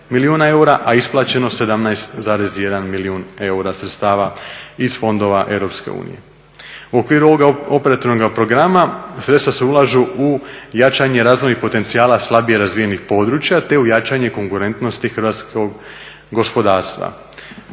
a isplaćeno 17,1 milijun eura sredstava iz fondova EU. U okviru ovog operativnog programa sredstva se ulažu u jačanje razvojnih potencijala slabije razvijenih područja, te u jačanje konkurentnosti hrvatskog gospodarstva